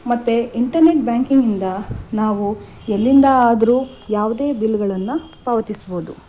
ಮತ್ತು ಇಂಟರ್ನೆಟ್ ಬ್ಯಾಂಕಿಂಗಿಂದ ನಾವು ಎಲ್ಲಿಂದ ಆದರೂ ಯಾವುದೇ ಬಿಲ್ಗಳನ್ನು ಪಾವತಿಸ್ಬೌದು